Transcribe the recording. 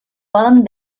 poden